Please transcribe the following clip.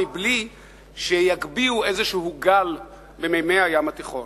בלי שיגביהו איזה גל במימי הים התיכון.